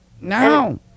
No